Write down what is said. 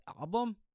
album